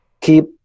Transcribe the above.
keep